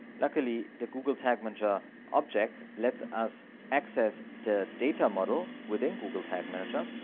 luckily, the google tag manager object lets us access the data model within google tag manager.